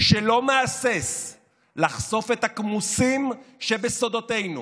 שלא מהסס לחשוף את הכמוסים שבסודותינו,